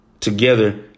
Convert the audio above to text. Together